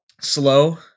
slow